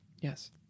Yes